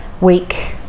week